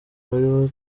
uwari